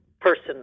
person